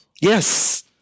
Yes